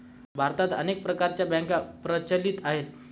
भारतात अनेक प्रकारच्या बँका प्रचलित आहेत